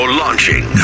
launching